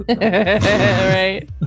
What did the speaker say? right